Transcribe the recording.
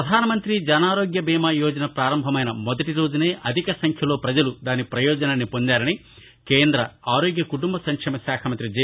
ప్రధాన మంత్రి జనారోగ్య బీమా యోజన పారంభమైన మొదటి రోజునే ఆర్దిక సంఖ్యలో ప్రజలు దాని ప్రయోజనాన్ని పొందారని కేంద్ర ఆరోగ్య కుటుంబ సంక్షేమశాఖ మంత్రి జె